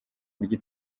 buryo